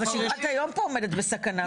שגרת היום פה עומדת פה בסכנה,